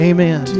Amen